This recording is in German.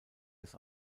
des